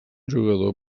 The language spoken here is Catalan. jugador